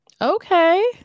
Okay